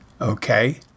Okay